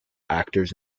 actors